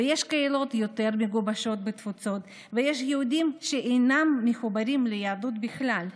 יש קהילות יותר מגובשות בתפוצות ויש יהודים שאינם מחוברים ליהדות בכלל.